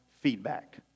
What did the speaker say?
feedback